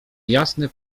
jasny